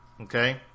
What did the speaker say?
Okay